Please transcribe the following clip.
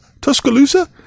Tuscaloosa